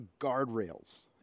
guardrails